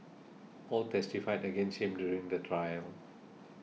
all testified against him during the trial